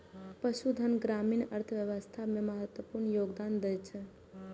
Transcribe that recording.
पशुधन ग्रामीण अर्थव्यवस्था मे महत्वपूर्ण योगदान दै छै